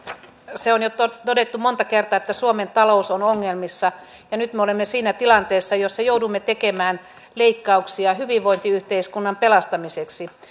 se on todettu jo monta kertaa että suomen talous on ongelmissa ja nyt me olemme siinä tilanteessa jossa joudumme tekemään leikkauksia hyvinvointiyhteiskunnan pelastamiseksi